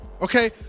Okay